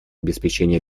обеспечение